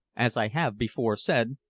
as i have before said,